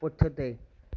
पुठिते